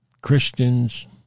Christians